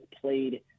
played